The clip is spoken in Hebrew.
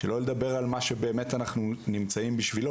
שלא לדבר על מה שבאמת אנחנו נמצאים בשבילו,